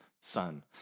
son